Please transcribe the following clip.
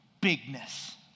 bigness